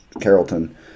Carrollton